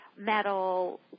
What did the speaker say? Metal